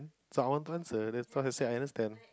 so I want to answer respond I say I understand